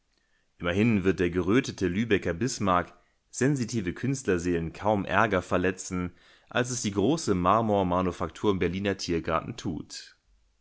wird der gerötete lübecker bismarck sensitive künstlerseelen kaum ärger verletzen als es die große marmormanufaktur im berliner tiergarten tut